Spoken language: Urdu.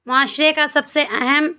معاشرے کا سب سے اہم